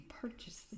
purchase